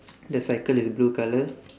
the cycle is blue colour